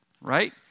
right